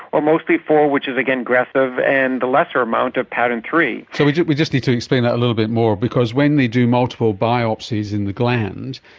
or mostly four which is, again, aggressive and a lesser amount of pattern three. so we we just need to explain that little bit more because when they do multiple biopsies in the gland,